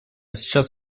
сейчас